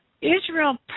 Israel